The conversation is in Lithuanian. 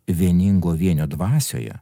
vieningo vienio dvasioje